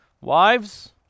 Wives